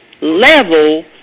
level